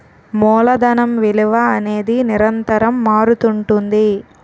మూలధనం విలువ అనేది నిరంతరం మారుతుంటుంది